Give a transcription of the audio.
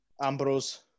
Ambrose